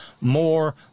more